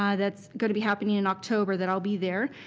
um that's going to be happening in october that i'll be there,